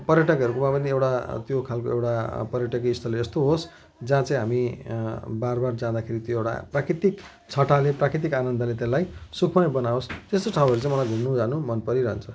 पर्यटकहरूकोमा पनि एउटा त्यो खालको एउटा पर्यटकीय स्थल यस्तो होस् जहाँ चाहिँ हामी बारबार जाँदाखेरि त्यो एउटा प्राकृतिक छटाले प्राकृतिक आनन्दले त्यसलाई सुखमय बनाओस् त्यस्तो ठाउँहरू चाहिँ मलाई घुम्नु जानु मनपरिरहन्छ